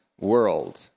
world